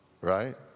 right